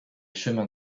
chemins